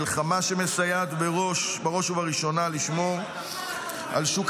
מלחמה שמסייעת בראש ובראשונה לשמור על שוק